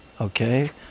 okay